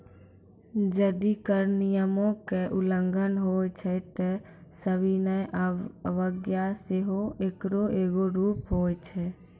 जदि कर नियमो के उल्लंघन होय छै त सविनय अवज्ञा सेहो एकरो एगो रूप होय छै